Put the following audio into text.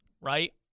right